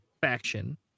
faction